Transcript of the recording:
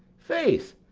faith,